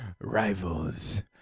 Rivals